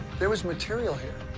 there was material here.